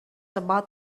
about